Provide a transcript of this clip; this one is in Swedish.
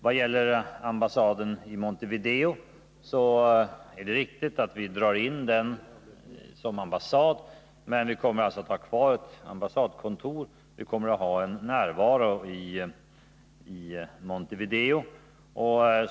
Vad gäller ambassaden i Montevideo är det riktigt att vi drar in den som ambassad, men vi kommer ändå att ha kvar ett ambassadkontor — vi kommer alltså att ha en närvaro i Montevideo.